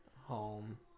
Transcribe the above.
home